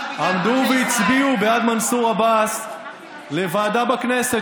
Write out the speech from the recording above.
עמדה והצביעה בעד מנסור עבאס לוועדה בכנסת,